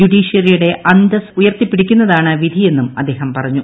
ജുഡീഷൃറിയുടെ അന്തസ്സ് ഉയർത്തിപിടിക്കുന്നതാണ് വിധിയെന്നും അദ്ദേഹം പറഞ്ഞു